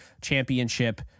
championship